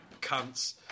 cunts